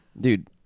Dude